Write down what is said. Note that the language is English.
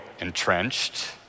entrenched